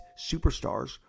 superstars